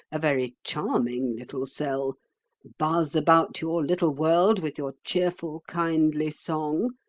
a very charming little cell buzz about your little world with your cheerful, kindly song,